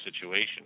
situation